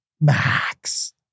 max